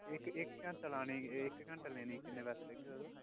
एह् इक घैण्टा लाने गी किन्ने पैसे लैगे तुस